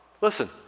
Listen